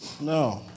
No